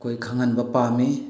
ꯑꯩꯈꯣꯏ ꯈꯪꯍꯟꯕ ꯄꯥꯝꯃꯤ